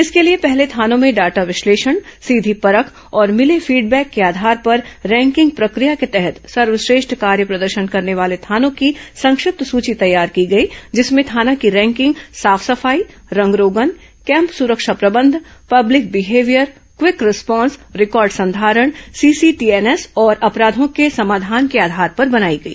इसके लिए पहले थानों में डाटा विश्लेषण सीधी परख और मिले फीडबैक के आधार पर रैंकिंग प्रक्रिया के तहत सर्वश्रेष्ठ कार्य प्रदर्शन करने वाले थानों की संक्षिप्त सूची तैयार की गई जिसमें थाना की रैंकिंग साफ सफाई रंग रोगन कैम्प सुरक्षा प्रबंध public behaviour quick response record संधारण सीसीटीएनएस और अपराधों के समाधान के आधार पर बनाई गई